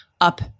up